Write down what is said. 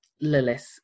lilith